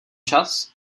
čas